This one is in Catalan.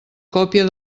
còpia